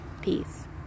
peace